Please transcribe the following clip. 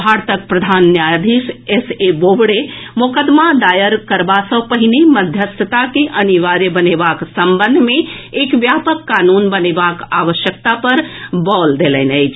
भारतक प्रधान न्यायाधीश एस ए बोबड़े मोकदमा दायर करबा सँ पहिने मध्यस्थता के अनिवार्य बनेबाक संबंध मे एक व्यापक कानून बनेबाक आवश्यकता पर बल देलनि अछि